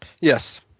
Yes